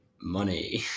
money